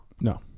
No